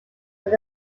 were